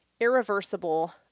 irreversible